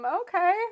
okay